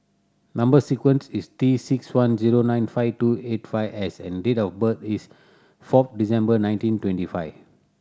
number sequence is T six one zero nine five two eight five S and date of birth is four December nineteen twenty five